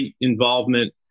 involvement